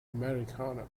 americano